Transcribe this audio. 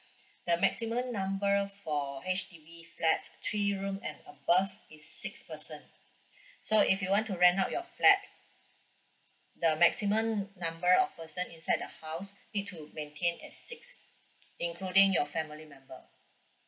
the maximum number for H_D_B flat three room and above is six person so if you want to rent out your flat the maximum number of person inside the house need to maintain at six including your family member